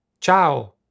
Ciao